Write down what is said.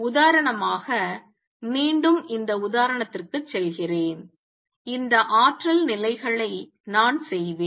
உதாரணமாக மீண்டும் இந்த உதாரணத்திற்குச் செல்கிறேன் இந்த ஆற்றல் நிலைகளை நான் செய்வேன்